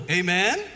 amen